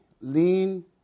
lean